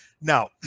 Now